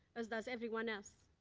as does everyone else.